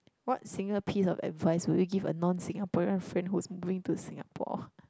what single piece of advice would you give a non Singaporean friend who is going to Singapore